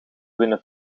winnen